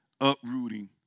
uprooting